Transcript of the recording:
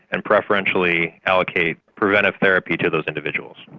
and preferentially allocate preventive therapy to those individuals.